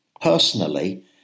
personally